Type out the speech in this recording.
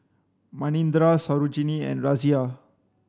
Manindra Sarojini and Razia